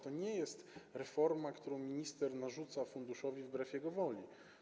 To nie jest reforma, którą minister narzuca funduszowi wbrew jego woli.